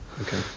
Okay